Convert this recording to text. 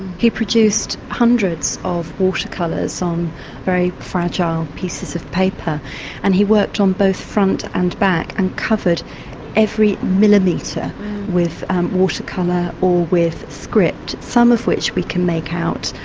he produced hundreds of watercolours on very fragile pieces of paper and he worked on both front and back and covered every millimetre with watercolour or with script, some of which we can make out.